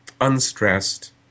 unstressed